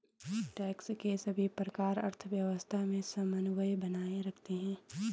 tax के सभी प्रकार अर्थव्यवस्था में समन्वय बनाए रखते हैं